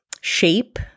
shape